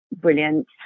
brilliant